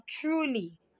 truly